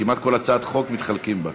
כמעט כל הצעת חוק, מתחלקים בה.